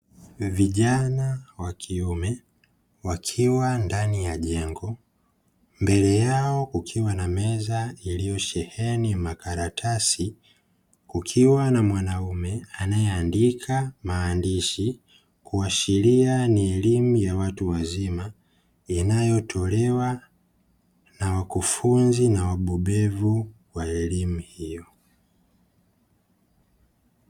Vijana wakiume wakiwa ndani ya jengo; mbele yao kukiwa na meza iliyosheheni makaratasi, kukiwa na mwanaume anayeandika maandishi kuashiria ni elimu ya watu wazima inayotolewa na wakufunzi na wabobevu wa elimu hiyo.